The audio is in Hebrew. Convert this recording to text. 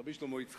רבי שלמה יצחקי,